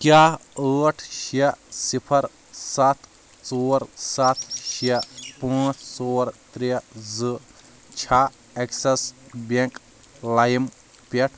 کیٛاہ ٲٹھ شٚے صفر ستھ ژور ستھ شٚے پانٛژھ ژور ترٛےٚ زٕ چھا ایٚکسِس بیٚنٛک لایِم پٮ۪ٹھ؟